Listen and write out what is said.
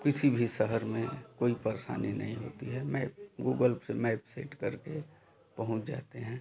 किसी भी शहर में कोई परेशानी नहीं होती है मैप गूगल से मैप सेट करके पहुँच जाते हैं